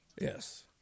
Yes